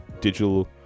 digital